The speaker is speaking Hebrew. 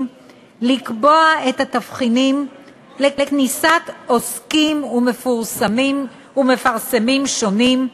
לקבוע את התבחינים לכניסת עוסקים ומפרסמים שונים,